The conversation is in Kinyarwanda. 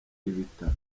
ibitaka